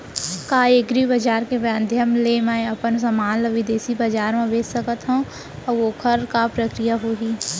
का एग्रीबजार के माधयम ले मैं अपन समान ला बिदेसी बजार मा बेच सकत हव अऊ एखर का प्रक्रिया होही?